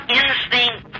instinct